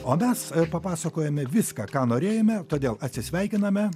o mes papasakojome viską ką norėjome todėl atsisveikiname